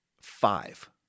five